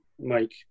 Mike